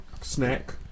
Snack